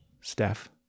Steph